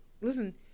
listen